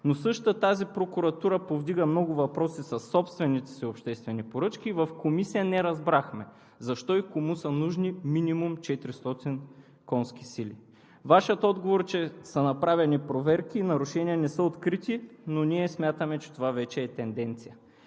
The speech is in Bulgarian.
Същата тази прокуратура повдига много въпроси със собствените си обществени поръчки и в Комисията не разбрахме защо и кому са нужни минимум 400 конски сили. Вашият отговор е, че са направени проверки и че нарушения не са открити, но ние смятаме, че това е тенденция.